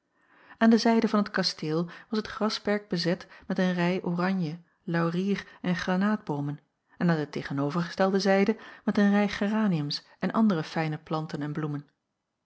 aan de zijde van het kasteel was het grasperk bezet met een rij oranje laurier en granaatboomen en aan de tegenovergestelde zijde met een rij geraniums en andere fijne planten en bloemen